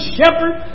Shepherd